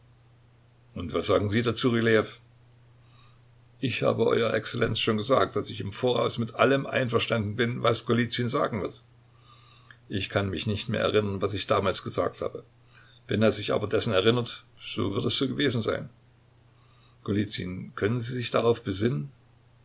und was sagen sie dazu rylejew ich habe euer exzellenz schon gesagt daß ich im voraus mit allem einverstanden bin was golizyn sagen wird ich kann mich nicht mehr erinnern was ich damals gesagt habe wenn er sich aber dessen erinnert so wird es so gewesen sein golizyn können sie sich darauf besinnen